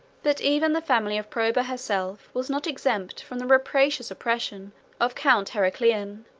but even the family of proba herself was not exempt from the rapacious oppression of count heraclian,